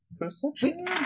Perception